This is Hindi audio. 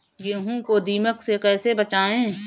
गेहूँ को दीमक से कैसे बचाएँ?